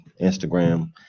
Instagram